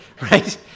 right